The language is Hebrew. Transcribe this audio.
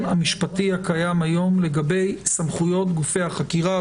המשפטי הקיים היום לגבי סמכויות גופי החקירה,